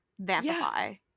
vampify